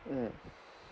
mm